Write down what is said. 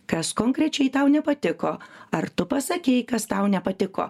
kas konkrečiai tau nepatiko ar tu pasakei kas tau nepatiko